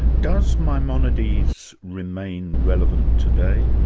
does maimonides remain relevant today?